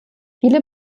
viele